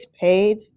paid